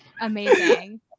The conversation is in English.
Amazing